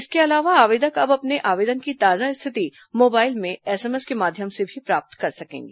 इसके अलावा आवेदक अब अपने आवेदन की ताजा स्थिति मोबाइल में एसएमएस के माध्यम से भी प्राप्त कर सकेंगे